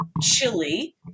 chili